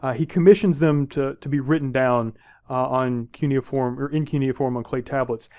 ah he commissions them to to be written down on cuneiform or in cuneiform on clay tablets.